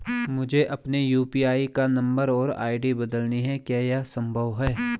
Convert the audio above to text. मुझे अपने यु.पी.आई का नम्बर और आई.डी बदलनी है क्या यह संभव है?